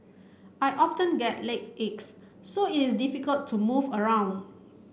I often get leg aches so is difficult to move around